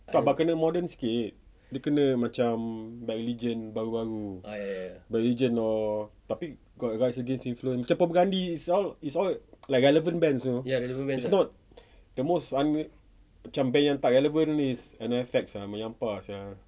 tak but kena modern sikit dia kena macam bad religion baru baru bad religion or tapi got rise against influence propagandhi it's all it's all like relevant bands you know it's not the most un~ macam band yang tak relevant is NOFX menyampah sia